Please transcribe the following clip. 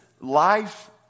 life